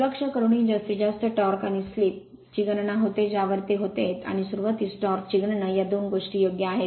दुर्लक्ष करूनही जास्तीत जास्त टॉर्क आणि स्लिप ची गणना होते ज्यावर ते होते आणि सुरुवातीस टॉर्क ची गणना या दोन गोष्टी योग्य आहे